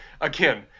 Again